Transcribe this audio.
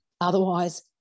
Otherwise